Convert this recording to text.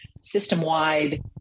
system-wide